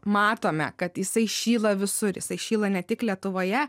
matome kad jisai šyla visur jisai šyla ne tik lietuvoje